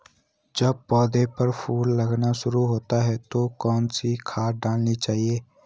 जब पौधें पर फूल लगने शुरू होते हैं तो कौन सी खाद डालनी चाहिए?